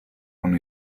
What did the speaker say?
con